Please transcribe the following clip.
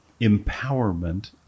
empowerment